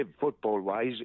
football-wise